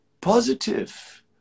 positive